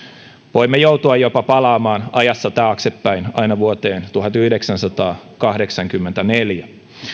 voimme joutua jopa palaamaan ajassa taaksepäin aina vuoteen tuhatyhdeksänsataakahdeksankymmentäneljä